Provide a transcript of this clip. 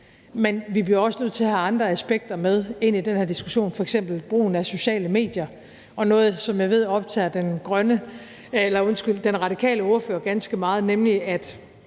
Men vi bliver også nødt til at have andre aspekter med ind i den her diskussion, f.eks. brugen af sociale medier og noget, som jeg ved optager den radikale ordfører ganske meget, nemlig at